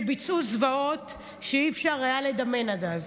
שביצעו זוועות שאי-אפשר היה לדמיין עד אז.